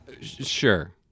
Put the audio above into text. sure